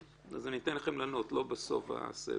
אז אני אתן לכם לענות, לא בסוף הסבב.